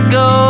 go